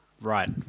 Right